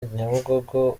nyabugogo